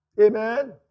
Amen